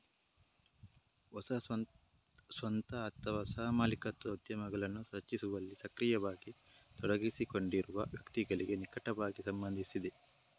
ಹೊಸ ಸ್ವಂತ ಅಥವಾ ಸಹ ಮಾಲೀಕತ್ವದ ಉದ್ಯಮಗಳನ್ನು ರಚಿಸುವಲ್ಲಿ ಸಕ್ರಿಯವಾಗಿ ತೊಡಗಿಸಿಕೊಂಡಿರುವ ವ್ಯಕ್ತಿಗಳಿಗೆ ನಿಕಟವಾಗಿ ಸಂಬಂಧಿಸಿದೆ